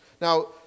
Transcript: Now